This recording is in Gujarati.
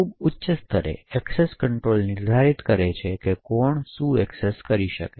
ખૂબ ઉચ્ચ સ્તરે એક્સેસ કંટ્રોલ નિર્ધારિત કરે છે કે કોણ શું એક્સેસ કરી શકે છે